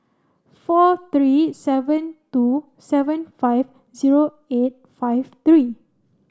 four three seven two seven five zero eight five three